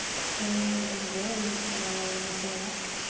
he is really the only missing link,